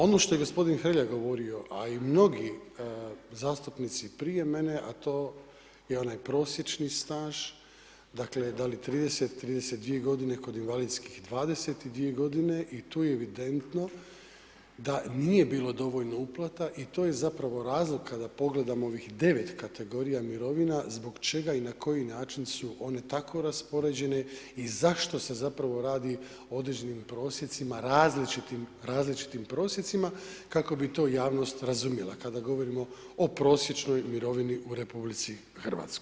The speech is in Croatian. Ono što je gospodin Hrelja govorio a i mnogi zastupnici prije mene a to je onaj prosječni staž, dakle da li 30, 32 godine kod invalidskih 22 godine i tu je evidentno da nije bilo dovoljno uplata i to je zapravo razlog kada pogledam ovih 9 kategorija mirovina zbog čega i na koji način su one tako raspoređene i zašto se zapravo radi o određenim prosjecima različitim prosjecima kako bi to javnost razumjela, kada govorimo o prosječnoj mirovini u RH.